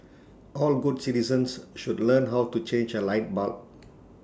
all good citizens should learn how to change A light bulb